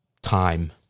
time